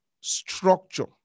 structure